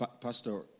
Pastor